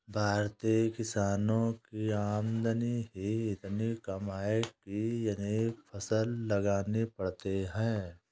भारतीय किसानों की आमदनी ही इतनी कम है कि अनेक फसल लगाने पड़ते हैं